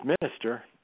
minister